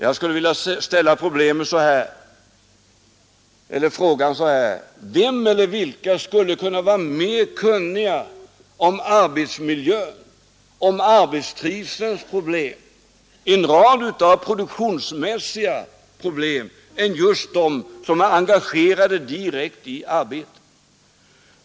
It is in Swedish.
Jag skulle vilja ställa frågan: Vilka skulle kunna vara mera kunniga om arbetsmiljön, om arbetstrivselns problem eller om en rad produktionsmässiga problem än just de som är engagerade direkt i arbetet?